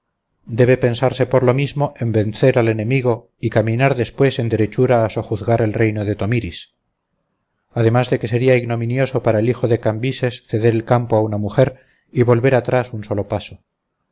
debe pensarse por lo mismo en vencer al enemigo y caminar después en derechura a sojuzgar el reino de tomiris además de que sería ignominioso para el hijo de cambises ceder el campo a una mujer y volver atrás un solo paso